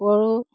কুকুৰাৰো